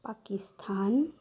Pakistan